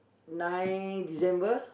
nine December